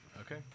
Okay